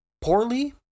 poorly